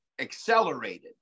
accelerated